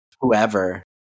whoever